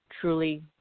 truly